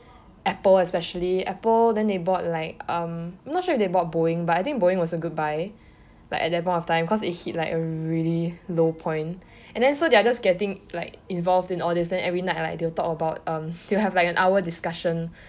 apple especially apple then they bought like um not sure if they bought boeing but I think boeing was a good buy like at that point of time because it hit like a really low point and then so they are just getting like involved in all these and then every night they will talk about um they will have like an hour discussion